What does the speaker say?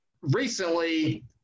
recently